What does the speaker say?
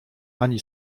ani